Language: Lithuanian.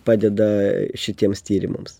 padeda šitiems tyrimams